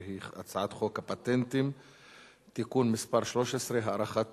והיא הצעת חוק הפטנטים (תיקון מס' 13) (הארכת